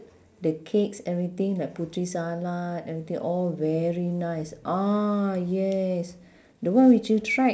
the cakes everything like puteri salat everything all very nice ah yes the one which you tried